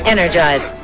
Energize